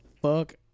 fuck